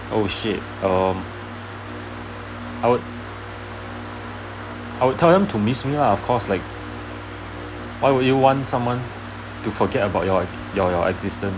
oh shit um I would I would tell them to miss me lah of course like why would you want someone to forget about your your existence